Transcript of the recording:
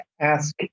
ask